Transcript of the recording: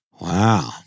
Wow